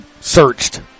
searched